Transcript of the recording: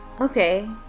Okay